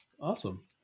Awesome